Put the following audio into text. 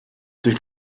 durch